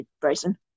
Bryson